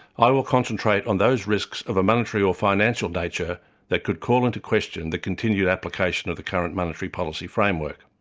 i will concentrate on those risks of a monetary or financial nature that could call into question the continued application of the current monetary policy framework.